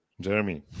Jeremy